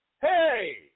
Hey